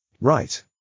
Right